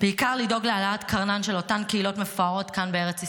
בעיקר לדאוג להעלאת קרנן של אותן קהילות מפוארות כאן בארץ ישראל,